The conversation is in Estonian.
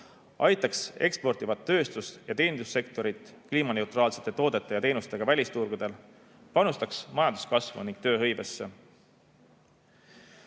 aitaks eksportivat tööstust ja teenindussektorit kliimaneutraalsete toodete ja teenustega välisturgudel ning panustaks majanduskasvu ja tööhõivesse.